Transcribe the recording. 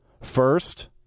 first